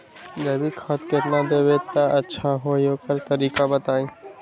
जैविक खाद केतना देब त अच्छा होइ ओकर तरीका बताई?